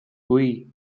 oui